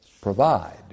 Provide